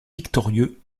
victorieux